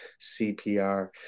CPR